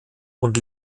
und